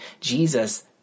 Jesus